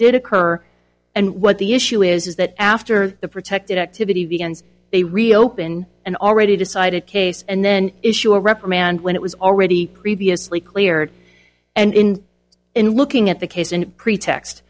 did occur and what the issue is is that after the protected activity begins they reopen and already decided case and then issue a reprimand when it was already previously cleared and in in looking at the case in